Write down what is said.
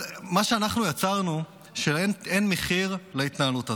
מה שאנחנו יצרנו זה שאין מחיר להתנהלות הזאת,